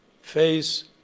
face